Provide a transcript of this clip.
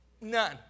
None